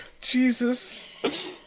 Jesus